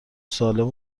سالم